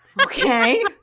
Okay